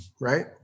right